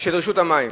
של רשות המים.